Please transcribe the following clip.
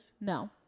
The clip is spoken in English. No